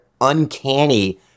uncanny